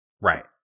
Right